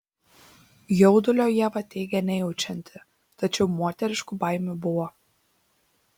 jaudulio ieva teigė nejaučianti tačiau moteriškų baimių buvo